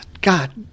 God